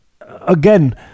again